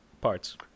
parts